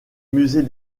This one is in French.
musée